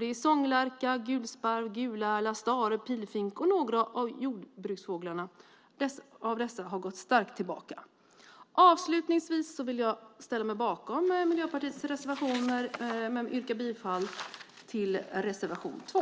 Det är sånglärka, gulsparv, gulärla, stare, pilfink och några av jordbruksfåglarna. Alla dessa har gått starkt tillbaka. Avslutningsvis ställer jag mig bakom Miljöpartiets reservationer men yrkar bifall till reservation 2.